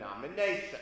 nomination